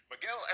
Miguel